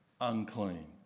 unclean